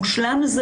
זה לא מושלם.